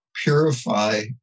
purify